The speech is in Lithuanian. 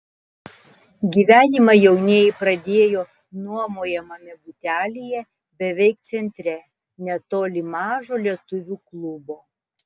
gyvenimą jaunieji pradėjo nuomojamame butelyje beveik centre netoli mažo lietuvių klubo